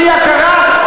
בלי הכרה,